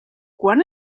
quan